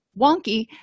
wonky